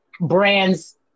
brands